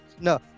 no